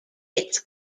its